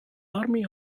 army